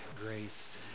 grace